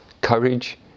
courage